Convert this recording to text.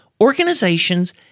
organizations